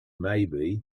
maybe